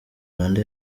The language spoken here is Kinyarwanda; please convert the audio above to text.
rwanda